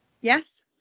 yes